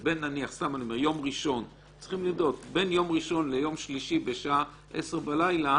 אז בין יום ראשון ליום שלישי ב-22:00 בלילה